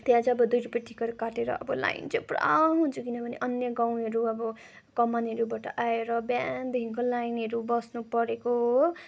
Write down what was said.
त्यहाँ चाहिँ अब दुई रुपियाँ टिकट काटेर अब लाइन चाहिँ पुरा हुन्छ किनभने अन्य गाउँहरू अब कमानहरूबाट आएर बिहानदेखिको लाइनहरू बस्नु परेको हो